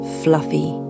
fluffy